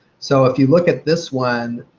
so if you look at this one,